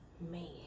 Man